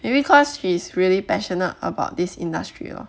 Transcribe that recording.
maybe cause she is really passionate about this industry lor